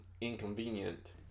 inconvenient